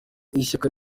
ishyaka